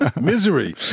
misery